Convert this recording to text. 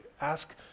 Ask